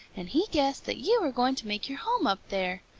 and he guessed that you were going to make your home up there.